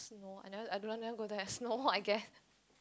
no I never I don't wanna go there snow I guess